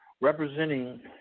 representing